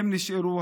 הם נשארו,